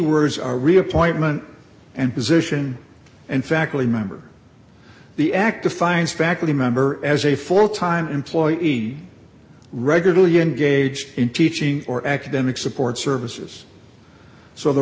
words are reappointment and position and faculty member the act defines faculty member as a full time employee regularly engaged in teaching or academic support services so the